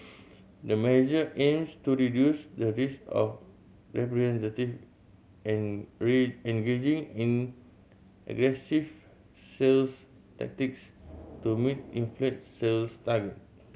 the measure aims to reduce the risk of representative engaging in aggressive sales tactics to meet inflated sales targets